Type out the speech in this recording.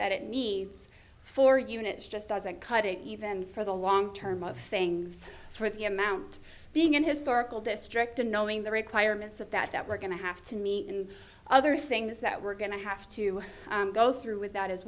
that it needs for units just doesn't cut it even for the long term of things for the amount being in historical district and knowing the requirements of that that we're going to have to meet and other things that we're going to have to go through with that as